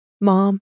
mom